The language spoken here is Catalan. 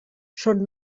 són